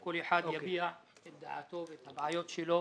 וכל אחד יביע את דעתו ואת הבעיות שלו.